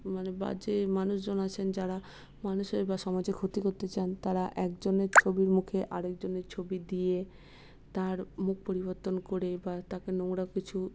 মানে বাজে মানুষজন আছেন যারা মানুষের বা সমাজের ক্ষতি করতে চান তারা একজনের ছবির মুখে আরেকজনের ছবি দিয়ে তার মুখ পরিবর্তন করে বা তাকে নোংরা কিছু